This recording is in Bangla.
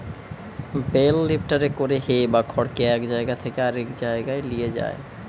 বেল লিফ্টারে করে হে বা খড়কে এক জায়গা থেকে আরেক লিয়ে যায়